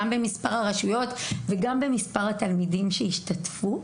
גם במספר הרשויות וגם במספר התלמידים שהשתתפו,